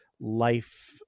life